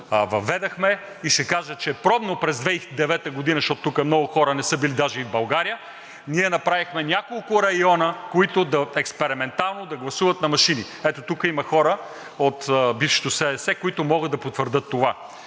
въведохме. И ще кажа, че пробно през 2009 г., защото тук много хора не са били даже и в България, направихме няколко района, в които експериментално да гласуват на машини. Ето тук има хора от бившето СДС, които могат да потвърдят това.